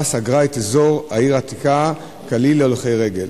סגרה את אזור העיר העתיקה כליל להולכי רגל.